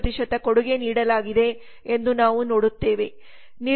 2 ಕೊಡುಗೆ ನೀಡಲಾಗಿದೆ ಎಂದು ನಾವು ನೋಡುತ್ತೇವೆ